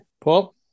Paul